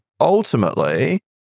ultimately